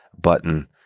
button